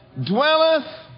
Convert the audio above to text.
dwelleth